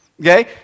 okay